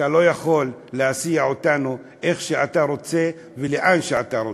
אתה לא יכול להסיע אותנו איך שאתה רוצה ולאן שאתה רוצה,